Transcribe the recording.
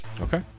Okay